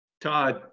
Todd